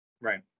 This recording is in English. Right